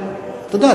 אתה יודע,